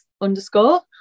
underscore